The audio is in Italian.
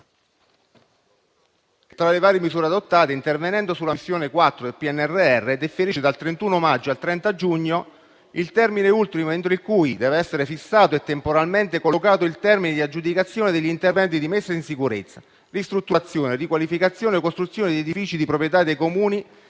tra le varie misure adottate, intervenendo sulla missione 4 del PNRR, differisce dal 31 maggio al 30 giugno il termine ultimo entro cui dev'essere fissata e temporalmente collocata l'aggiudicazione degli interventi di messa in sicurezza, ristrutturazione, riqualificazione o costruzione di edifici di proprietà dei Comuni